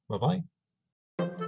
Bye-bye